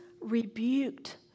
rebuked